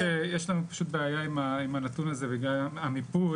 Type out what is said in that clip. יש לנו פשוט בעיה עם הנתון הזה בגלל המיפוי,